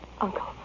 Uncle